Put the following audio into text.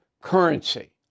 currency